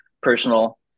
personal